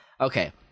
Okay